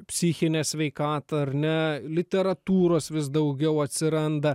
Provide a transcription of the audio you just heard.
psichinę sveikatą ar ne literatūros vis daugiau atsiranda